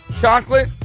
chocolate